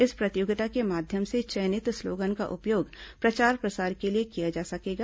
इस प्रतियोगिता के माध्यम से चयनित स्लोगन का उपयोग प्रचार प्रसार के लिए किया जा सकेगा